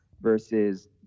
versus